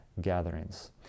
gatherings